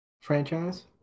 franchise